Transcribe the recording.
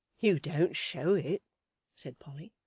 you don't show it said polly.